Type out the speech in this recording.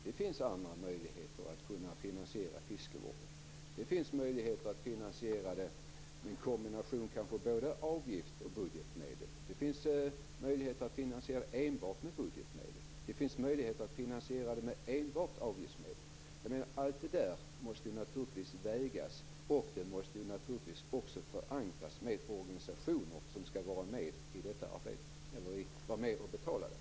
Det finns andra möjligheter att finansiera fiskevården. Det finns möjligheter att finansiera den med kanske en kombination av både avgifter och budgetmedel, enbart med budgetmedel eller enbart med avgiftsmedel. Allt detta måste naturligtvis vägas in, och det måste förankras i de organisationer som skall vara med i detta arbete eller vara med och betala det.